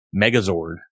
Megazord